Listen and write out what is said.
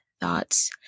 thoughts